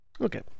okay